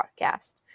podcast